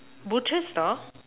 butcher store